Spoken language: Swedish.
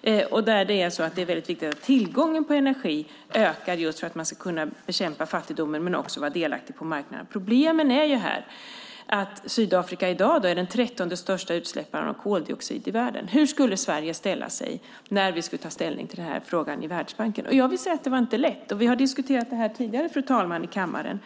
Det är väldigt viktigt att tillgången på energi ökar för att man ska kunna bekämpa fattigdomen och vara delaktig på marknaden. Problemet är att Sydafrika i dag är den 13:e största utsläpparen av koldioxid i världen. Hur skulle Sverige ställa sig när vi skulle ta ställning till den här frågan i Världsbanken? Jag vill säga att det inte var lätt. Vi har diskuterat det här tidigare i kammaren, fru talman.